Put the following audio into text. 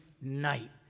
night